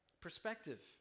perspective